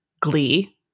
glee